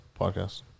podcast